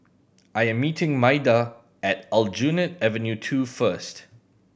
I am meeting Maida at Aljunied Avenue Two first